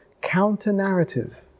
counter-narrative